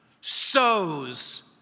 sows